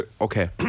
okay